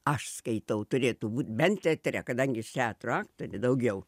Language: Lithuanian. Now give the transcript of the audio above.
aš skaitau turėtų būt bent teatre kadangi teatro aktorė daugiau